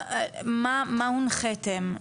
מה הונחיתם?